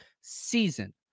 season